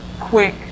quick